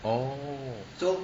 orh